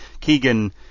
Keegan